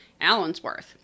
Allensworth